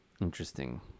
Interesting